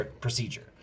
procedure